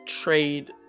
trade